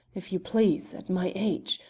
if you please! at my age!